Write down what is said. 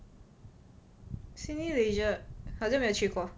cineleisure 好像没有去过